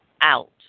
out